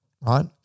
right